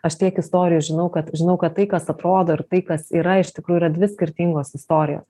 aš tiek istorijų žinau kad žinau kad tai kas atrodo ir tai kas yra iš tikrųjų yra dvi skirtingos istorijos